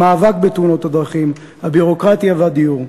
המאבק בתאונות הדרכים, הביורוקרטיה והדיור.